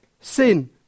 sin